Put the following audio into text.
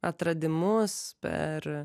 atradimus per